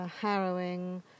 harrowing